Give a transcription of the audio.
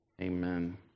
Amen